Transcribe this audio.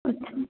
अच्छा